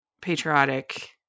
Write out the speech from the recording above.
patriotic